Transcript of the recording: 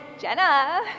Jenna